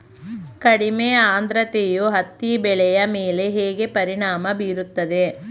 ಕಡಿಮೆ ಆದ್ರತೆಯು ಹತ್ತಿ ಬೆಳೆಯ ಮೇಲೆ ಹೇಗೆ ಪರಿಣಾಮ ಬೀರುತ್ತದೆ?